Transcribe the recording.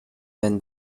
when